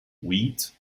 wheat